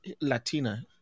Latina